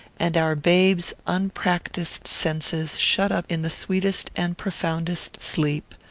and our babe's unpractised senses shut up in the sweetest and profoundest sleep,